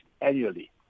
annually